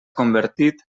convertit